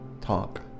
talk